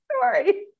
Sorry